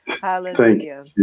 Hallelujah